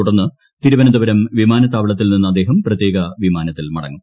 തുടർന്ന് തിരുവനന്തപുരം വിമാനത്താവളത്തിൽ നിന്ന് അദ്ദേഹം പ്രത്യേക വിമാനത്തിൽ മടങ്ങും